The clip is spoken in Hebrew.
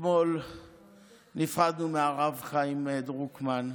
אתמול נפרדנו מהרב חיים דרוקמן,